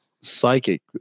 psychic